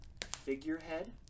figurehead